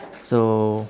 so